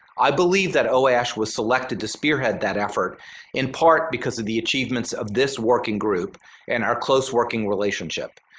i believe that oash was selected to spearhead that effort in part because of the achievements of this working group and our close working relationship.